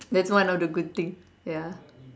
that's one of the good thing ya